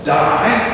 die